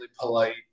polite